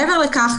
מעבר לכך,